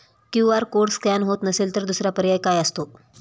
QR code scan होत नसेल तर दुसरा पर्याय काय असतो?